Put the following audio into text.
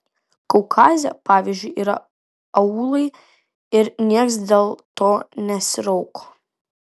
kaukaze pavyzdžiui yra aūlai ir niekas dėl to nesirauko